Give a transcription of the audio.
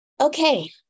Okay